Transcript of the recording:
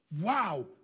Wow